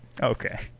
Okay